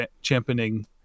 championing